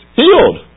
healed